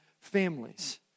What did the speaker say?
families